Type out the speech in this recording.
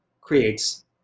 creates